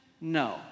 No